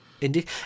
Indeed